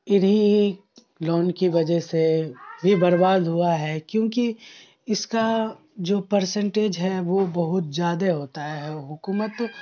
انہی لون کی وجہ سے یہ برباد ہوا ہے کیونکہ اس کا جو پرسنٹیج ہے وہ بہت زیادہ ہوتا ہے حکومت